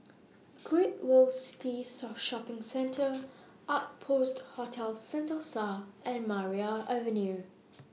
Great World City Sort Shopping Centre Outpost Hotel Sentosa and Maria Avenue